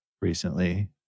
recently